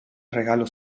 regalos